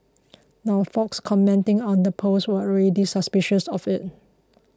now folks commenting on the post were already suspicious of it